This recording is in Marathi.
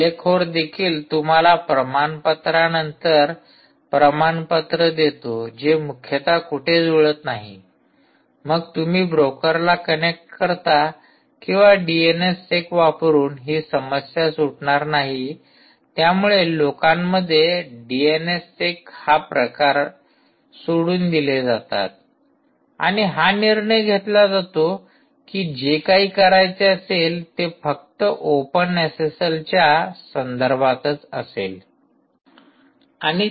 हल्लेखोर देखील तुम्हाला प्रमाणपत्रा नंतर प्रमाणपत्र देतो जे मुख्यतः कुठे जुळत नाही मग तुम्ही ब्रोकरला कनेक्ट करता किंवा डीएनएस सेक वापरून ही समस्या सुटणार नाही त्यामुळे लोकांमध्ये डीएनएस सेक प्रकार सोडून दिले जातात आणि हा निर्णय घेतला जातो कि जे काही करायचे असेल ते फक्त ओपन एसएसएलच्या संदर्भातच असेल